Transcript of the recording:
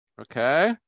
okay